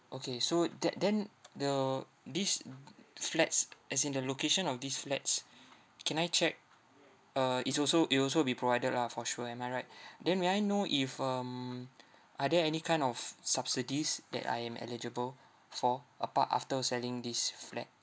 okay so that then the these flats as in the location of these flats can I check uh is also it'll also be provided lah for sure am I right then may I know if um are there any kind of subsidies that I am eligible for apart after selling this flat